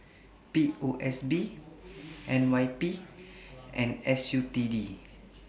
P O S B N Y P and S U T D